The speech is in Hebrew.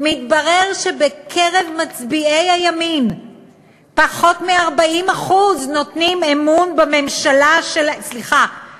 מתברר שבקרב מצביעי הימין פחות מ-40% נותנים אמון בכנסת,